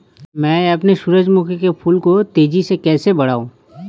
मैं अपने सूरजमुखी के फूल को तेजी से कैसे बढाऊं?